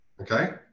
okay